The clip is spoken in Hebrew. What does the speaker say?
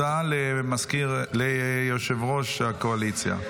הודעה ליושב-ראש הקואליציה.